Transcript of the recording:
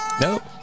Nope